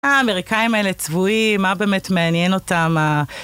האמריקאים האלה צבועים, מה באמת מעניין אותם, ה…